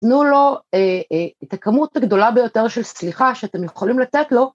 ‫תנו לו את הכמות הגדולה ביותר ‫של סליחה שאתם יכולים לתת לו.